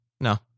No